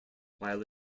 while